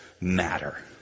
matter